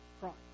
Christ